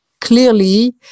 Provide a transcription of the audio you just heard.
clearly